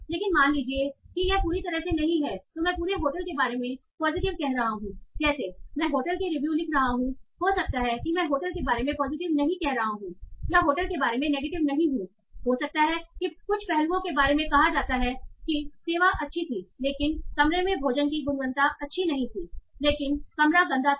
लेकिन मान लीजिए कि यह पूरी तरह से नहीं है तो मैं पूरे होटल के बारे में पॉजिटिव कह रहा हूं जैसे मैं होटल की रिव्यू लिख रहा हूं हो सकता है कि मैं होटल के बारे में पॉजिटिव नहीं कह रहा हूं या होटल के बारे में नेगेटिव नहीं हूं हो सकता है कि कुछ पहलुओं के बारे में कहा जा सकता है कि सेवा अच्छी थी लेकिन कमरे में भोजन की गुणवत्ता अच्छी थी लेकिन कमरा गंदा था